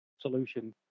solution